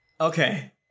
Okay